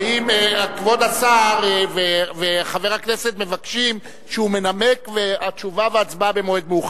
האם כבוד השר וחבר הכנסת מבקשים שהוא ינמק ותשובה והצבעה במועד מאוחר?